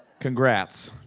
congrats.